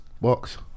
Box